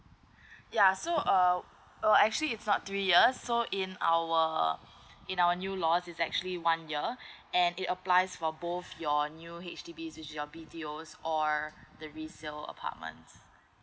ya so uh uh actually it's not three years so in our in our new laws is actually one year and it applies for both your new H_D_B and your B_T_O or the resale apartment